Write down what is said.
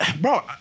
Bro